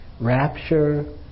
Rapture